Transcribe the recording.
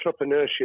entrepreneurship